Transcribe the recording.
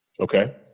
Okay